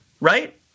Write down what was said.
right